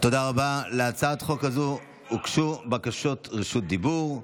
להצעת החוק הזאת הוגשו בקשות רשות דיבור.